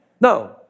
No